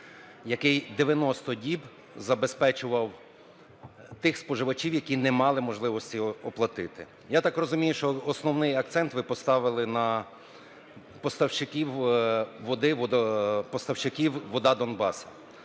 який 90 діб забезпечував тих споживачів, які не мали можливості оплатити. Я так розумію, що основний акцент ви поставили на поставщиків води…